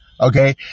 okay